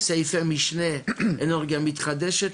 סעיפי משנה אנרגיה מתחדשת,